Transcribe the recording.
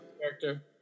character